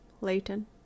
Leighton